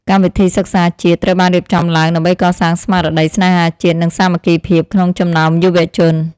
កម្មវិធីសិក្សាជាតិត្រូវបានរៀបចំឡើងដើម្បីកសាងស្មារតីស្នេហាជាតិនិងសាមគ្គីភាពក្នុងចំណោមយុវជន។